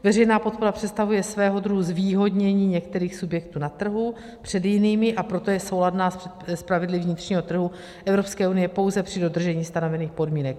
Veřejná podpora představuje svého druhu zvýhodnění některých subjektů na trhu před jinými, a proto je souladná s pravidly vnitřního trhu Evropské unie pouze při dodržení stanovených podmínek.